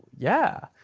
yeah.